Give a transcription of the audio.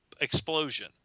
explosion